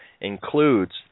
includes